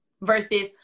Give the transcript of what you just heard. versus